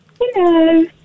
Hello